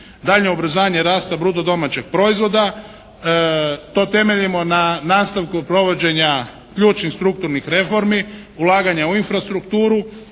daljnje ubrzanje rasta bruto domaćeg proizvoda. To temeljimo na nastavku provođenja ključnih strukturnih reformi, ulaganja u infrastrukturu,